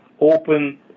open